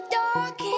dark